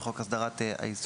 בחוק הסדרת העיסוק.